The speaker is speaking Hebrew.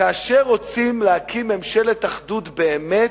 כאשר רוצים להקים ממשלת אחדות באמת,